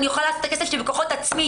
אני יכולה להשיג את הכסף שלי בכוחות עצמי.